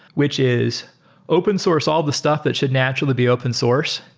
which is open source all the stuff that should naturally be open source,